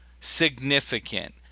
significant